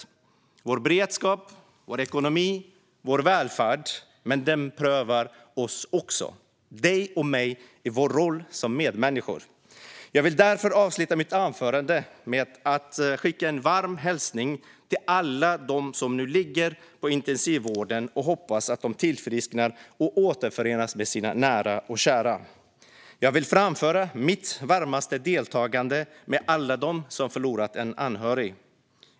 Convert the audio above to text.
Den prövar vår beredskap, vår ekonomi och vår välfärd, men den prövar även oss - dig och mig - i vår roll som medmänniskor. Jag vill därför avsluta mitt anförande med att skicka en varm hälsning till alla dem som nu ligger i intensivvård. Jag hoppas att de tillfrisknar och återförenas med sina nära och kära. Jag vill framföra mitt varmaste deltagande till alla dem som har förlorat en anhörig.